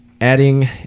Adding